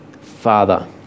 Father